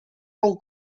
non